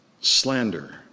slander